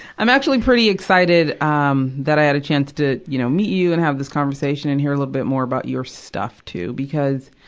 i'm actually pretty excited, um, that i had a chance to, you know, meet you and have this conversation and hear a little bit more about your stuff, too. because,